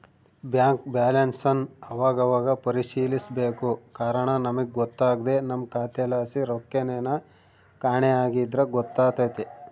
bank ಬ್ಯಾಲನ್ಸನ್ ಅವಾಗವಾಗ ಪರಿಶೀಲಿಸ್ಬೇಕು ಕಾರಣ ನಮಿಗ್ ಗೊತ್ತಾಗ್ದೆ ನಮ್ಮ ಖಾತೆಲಾಸಿ ರೊಕ್ಕೆನನ ಕಾಣೆ ಆಗಿದ್ರ ಗೊತ್ತಾತೆತೆ